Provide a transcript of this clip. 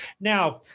Now